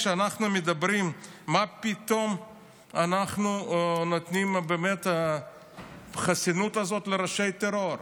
כשאנחנו אומרים: מה פתאום אנחנו נותנים את החסינות הזאת לראשי הטרור?